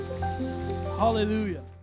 Hallelujah